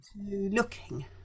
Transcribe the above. looking